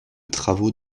travaux